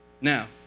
Now